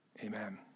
Amen